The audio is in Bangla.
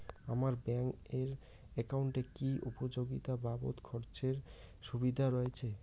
আমার ব্যাংক এর একাউন্টে কি উপযোগিতা বাবদ খরচের সুবিধা রয়েছে?